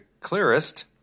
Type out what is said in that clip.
clearest